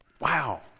Wow